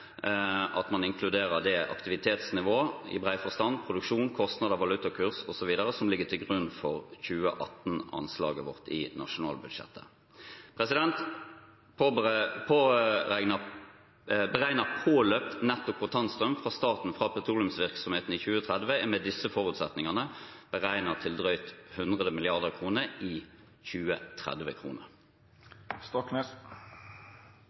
at man inkluderer det aktivitetsnivå – i bred forstand – produksjon, kostnader, valutakurs osv., som ligger til grunn for 2018-anslaget vårt i nasjonalbudsjettet. Beregnet påløpt netto kontantstrøm fra staten fra petroleumsvirksomheten i 2030 er med disse forutsetningene beregnet til drøyt 100 mrd. kr i